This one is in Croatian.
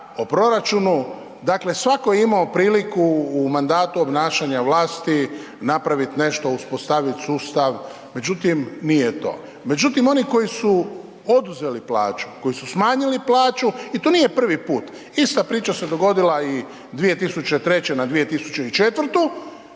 o proračunu, dakle svatko je imao priliku u mandatu obnašanja vlasti napravit nešto, uspostavit sustav, međutim nije to. Međutim oni koji su oduzeli plaću, koji su smanjili plaću i to nije prvi put, ista priča se dogodila i 2003. na 2004.,